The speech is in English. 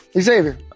Xavier